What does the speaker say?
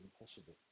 impossible